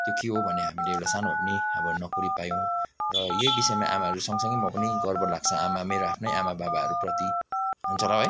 त्यो के हो भने हामीले एउटा सानो भए पनि अब नोकरी पायौँ र यही विषयमा आमाहरू सँगसँगै म पनि गर्व लाग्छ आमा मेरो आफ्नै आमा बाबाहरूप्रति हुन्छ होला है